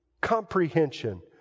comprehension